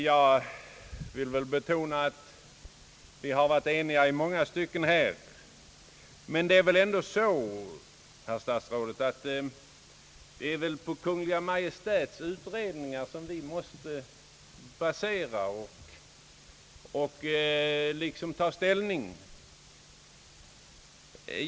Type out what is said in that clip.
Jag vill betona att vi har varit eniga i många stycken, men det är väl ändå, herr statsråd, på Kungl. Maj:ts utredningar som vi måste basera vårt ställningstagande.